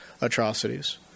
atrocities